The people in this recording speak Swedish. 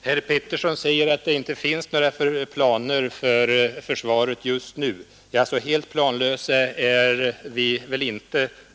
Herr talman! Herr Petersson i Gäddvik säger att det inte finns några planer för försvaret just nu, men så helt planlösa är vi väl inte.